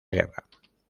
guerra